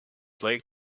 lake